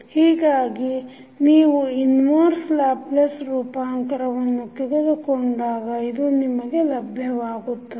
ಹೀಗಾಗಿ ನೀವು inverse Laplace ರೂಪಾಂತರವನ್ನು ತೆಗೆದುಕೊಂಡಾಗ ನಿಮಗೆ ಇದು ಲಭ್ಯವಾಗುತ್ತದೆ